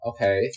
Okay